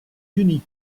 unis